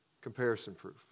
comparison-proof